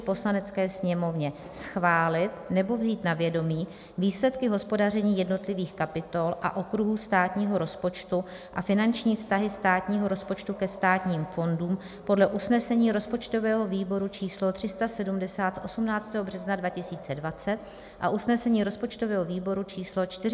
Poslanecké sněmovně schválit nebo vzít na vědomí výsledky hospodaření jednotlivých kapitol a okruhů státního rozpočtu a finanční vztahy státního rozpočtu ke státním fondům podle usnesení rozpočtového výboru č. 370 z 18. března 2020 a usnesení rozpočtového výboru č. 423 z 24. června 2020;